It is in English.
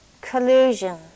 collusion